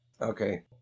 Okay